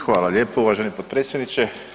Hvala lijepo uvaženi potpredsjedniče.